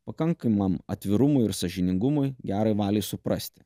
pakankamam atvirumui ir sąžiningumui gerai valiai suprasti